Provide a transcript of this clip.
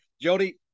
Jody